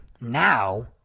now